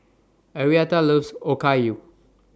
Arietta loves Okayu